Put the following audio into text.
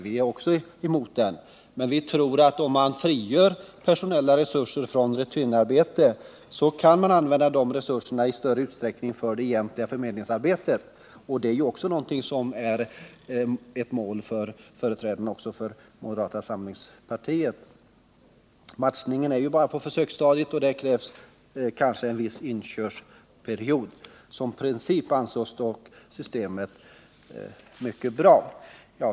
Vi är också emot byråkrati, men vi tror att om man frigör personella resurser från rutinarbete kan man i större utsträckning använda de resurserna för det egentliga förmedlingsarbetet. Det är ju ett mål också för företrädarna för moderata samlingspartiet. Matchningen är ju bara på försöksstadiet, och det krävs kanske en viss inkörningsperiod. Som princip anses dock systemet mycket bra.